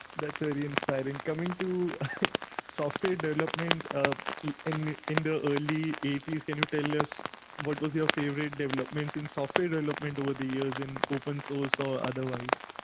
that's really inspiring coming to software development um in in the early eighty s. can you tell us what was your favorite developments in software development over the years in open source or otherwise?